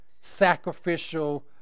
Sacrificial